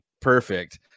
perfect